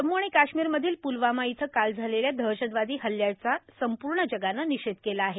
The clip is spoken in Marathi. जम्म् आणि काश्मीरमधील प्लवामा इथं काल झालेल्या दहशतवादी हल्ल्याच्या संप्र्ण जगानं निषेध केला आहे